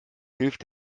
hilft